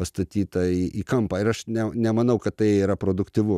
pastatyta į kampą ir aš ne nemanau kad tai yra produktyvu